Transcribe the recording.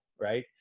right